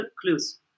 clues